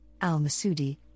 al-Masudi